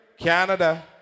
Canada